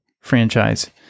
franchise